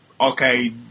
okay